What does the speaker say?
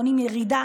הראשון,